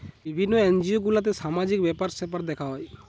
বিভিন্ন এনজিও গুলাতে সামাজিক ব্যাপার স্যাপার দেখা হয়